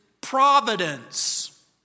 providence